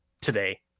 today